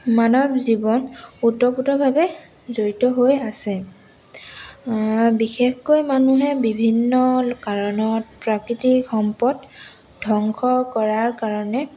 মানৱ জীৱন ওতপ্ৰোতভাৱে জড়িত হৈ আছে বিশেষকৈ মানুহে বিভিন্ন কাৰণত প্ৰাকৃতিক সম্পদ ধ্বংস কৰাৰ কাৰণে